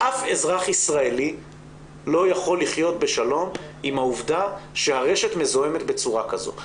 אף אזרח ישראלי לא יכול לחיות בשלום עם העובדה שהרשת מזוהמת בצורה כזאת.